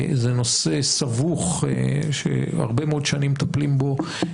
זה נושא סבוך שהרבה מאוד שנים מטפלים בו.